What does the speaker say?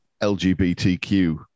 LGBTQ